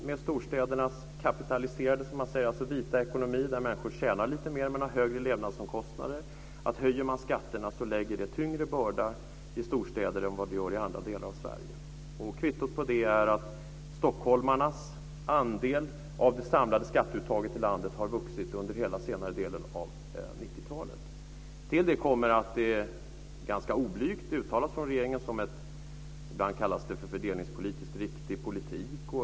I storstädernas kapitaliserade, vita, får man säga, ekonomi, där människor tjänar lite mer men har högre levnadsomkostnader, fungerar det så att höjer man skatterna så lägger det tyngre börda i storstäder än vad det gör i andra delar av Sverige. Kvittot på det är att stockholmarnas andel av det samlade skatteuttaget i landet har vuxit under hela den senare delen av 90-talet. Till det kommer att det ganska oblygt från regeringen ibland kallas för en fördelningspolitiskt riktig politik.